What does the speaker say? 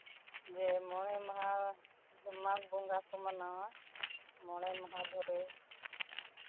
ᱡᱮ ᱢᱚᱬᱮ ᱢᱟᱦᱟ ᱢᱟᱜᱽ ᱵᱚᱸᱜᱟ ᱠᱚ ᱢᱟᱱᱟᱣᱟ ᱢᱚᱬᱮ ᱢᱟᱦᱟ ᱫᱷᱚᱨᱮ